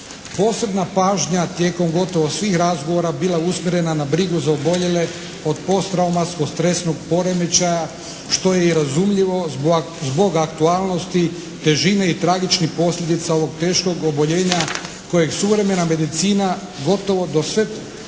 Posebna pažnja tijekom gotovo svih razgovora je bila usmjerena na brigu za oboljele od posttraumatskog stresnog poremećaja što je i razumljivo zbog aktualnosti težine i tragičnih posljedica ovog teškog oboljenja kojeg suvremena medicina gotovo do pred